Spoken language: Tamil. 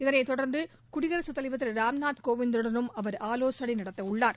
இதனைத் தொடர்ந்து குடியரசுத் தலைவர் திரு ராம்நாத் கோவிந்துடனும் அவர் ஆலோசனை நடத்தவுள்ளார்